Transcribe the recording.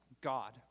God